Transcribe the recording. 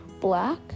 black